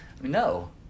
No